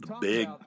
big